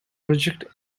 reject